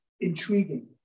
intriguing